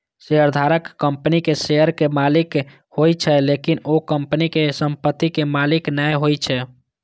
शेयरधारक कंपनीक शेयर के मालिक होइ छै, लेकिन ओ कंपनी के संपत्ति के मालिक नै होइ छै